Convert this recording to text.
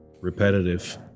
Repetitive